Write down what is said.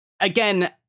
Again